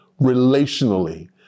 relationally